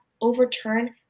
overturn